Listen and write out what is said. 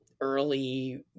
early